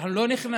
אנחנו לא נכנסים